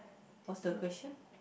what's the question